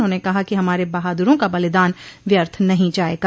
उन्होंने कहा कि हमारे बहादुरों का बलिदान व्यर्थ नहीं जाएगा